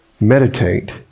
meditate